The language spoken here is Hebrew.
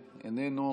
איננו,